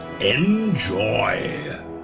enjoy